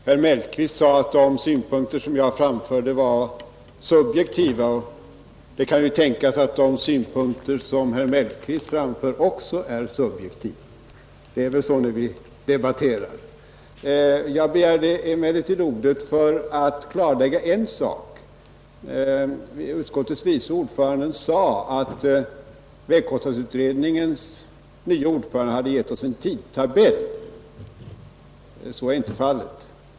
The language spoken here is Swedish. Fru talman! Herr Mellqvist sade att de synpunkter som jag framförde var subjektiva, men det kan ju tänkas att även de synpunkter som herr 53 Mellqvist framförde var subjektiva, Det blir väl så när vi debatterar, Jag begärde emellertid ordet för att klarlägga en sak. Utskottets vice ordförande sade att vägkostnadsutredningens nye ordförande hade givit oss en tidtabell. Så är inte fallet.